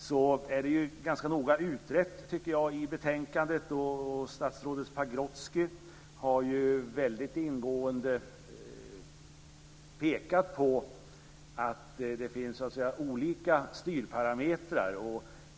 Det är ju ganska noggrant utrett i betänkandet och statsrådet Pagrotsky har pekat på att det finns olika styrparametrar.